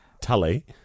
Tully